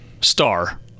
star